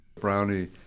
brownie